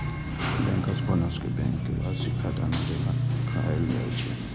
bankers bonus कें bank के वार्षिक खाता मे देखाएल जाइ छै